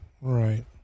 Right